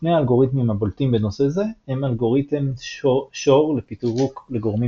שני האלגוריתמים הבולטים בנושא זה הם אלגוריתם שור לפירוק לגורמים